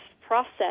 process